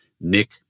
Nick